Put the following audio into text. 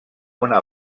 una